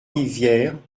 rivière